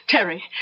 Terry